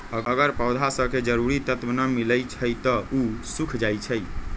अगर पौधा स के जरूरी तत्व न मिलई छई त उ सूख जाई छई